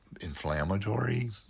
inflammatory